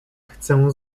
chcę